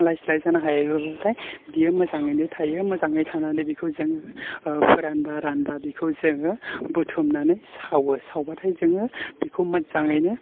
आलाय सिलाय जानो हायाबाथाय बियो मोजाङैनो थायो मोजाङै थानानै बिखौ जों फोरानबा रानबा बिखौ जोङो बुथुमनानै सावो सावबाथाय जोङो बिखौ मोजाङैनो